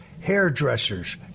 hairdressers